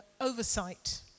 oversight